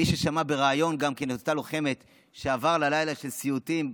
מי ששמע בראיון גם את אותה לוחמת שעבר עליה לילה של סיוטים,